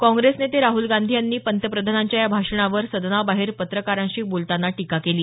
काँग्रेस नेते राहल गांधी यांनी पंतप्रधानांच्या या भाषणावर सदनाबाहेर पत्रकारांशी बोलताना टीका केली आहे